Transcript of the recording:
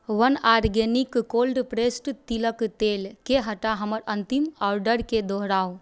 वन organic cold processed तिलके तेलके हटा हमर अन्तिम ऑडरके दोहराउ